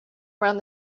around